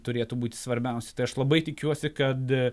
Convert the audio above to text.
turėtų būti svarbiausia tai aš labai tikiuosi kad